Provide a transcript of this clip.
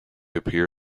appear